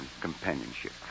companionship